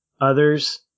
Others